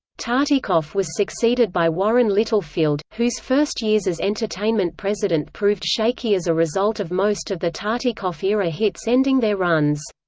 tartikoff was succeeded by warren littlefield, whose first years as entertainment president proved shaky as a result of most of the tartikoff-era hits ending their runs.